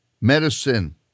Medicine